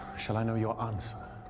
shaii i know your answer?